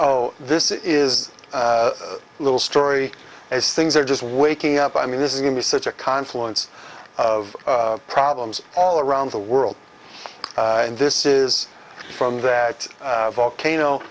oh this is a little story as things are just waking up i mean this is going to be such a confluence of problems all around the world and this is from that volcano